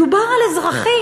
מדובר על אזרחים.